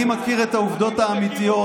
אני מכיר את העובדות האמיתיות.